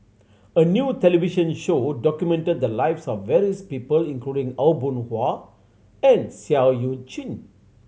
a new television show documented the lives of various people including Aw Boon Haw and Seah Eu Chin